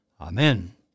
Amen